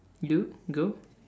you go